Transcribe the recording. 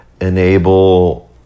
enable